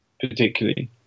particularly